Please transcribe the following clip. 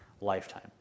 lifetime